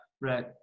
Right